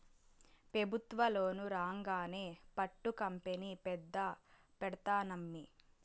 పెబుత్వ లోను రాంగానే పట్టు కంపెనీ పెద్ద పెడ్తానమ్మీ